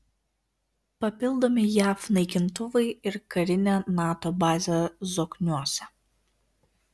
papildomi jav naikintuvai ir karinė nato bazė zokniuose